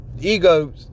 Ego